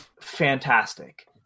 fantastic